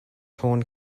torn